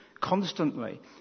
constantly